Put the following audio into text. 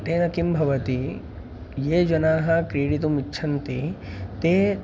तेन किं भवति ये जनाः क्रीडितुम् इच्छन्ति ते